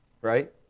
right